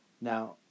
Now